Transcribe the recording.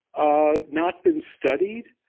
ah not been studied.